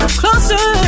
closer